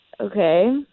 Okay